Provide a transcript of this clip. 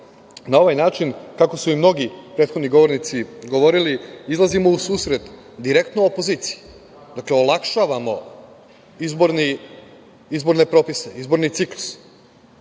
Na ovaj način kako su i mnogi prethodni govornici govorili izlazimo u susret direktno opoziciji. Dakle, olakšavamo izborne propise, izborni ciklus.